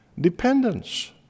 dependence